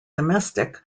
domestic